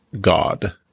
God